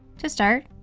to start,